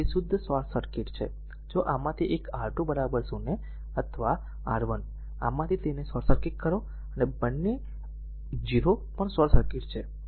તેથી તે શુદ્ધ શોર્ટ સર્કિટ છે જો આમાંથી એક R2 0 અથવા R1 આમાંથી કાં તોને શોર્ટ સર્કિટ કરો અને બંને 0 પણ શોર્ટ સર્કિટ છે